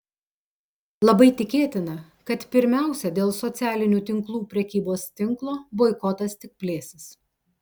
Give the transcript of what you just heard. labai tikėtina kad pirmiausia dėl socialinių tinklų prekybos tinklo boikotas tik plėsis